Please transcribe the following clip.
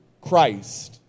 Christ